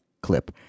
clip